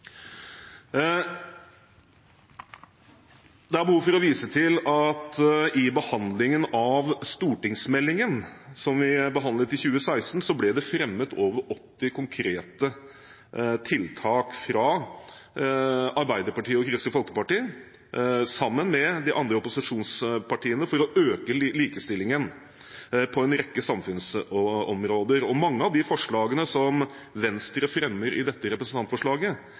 Det er behov for å vise til at det i forbindelse med stortingsmeldingen som vi behandlet i 2016, ble fremmet over 80 konkrete tiltak – fra Arbeiderpartiet og Kristelig Folkeparti, sammen med de andre opposisjonspartiene – for å øke likestillingen på en rekke samfunnsområder. Mange av de forslagene som Venstre fremmer i dette representantforslaget,